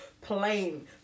plain